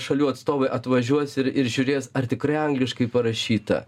šalių atstovai atvažiuos ir ir žiūrės ar tikrai angliškai parašyta